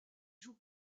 joue